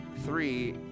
Three